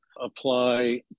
apply